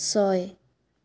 ছয়